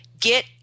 Get